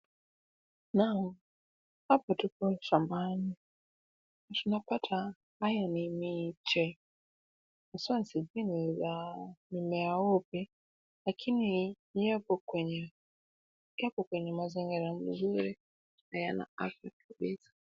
Naam! Hapa tupo shambani, tunapata haya ni miche. Haswa sijui ni ya mmea upi, lakini yapo kwenye mazingira mzuri na yana afya kabisa.